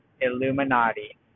Illuminati